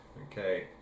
okay